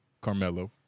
Carmelo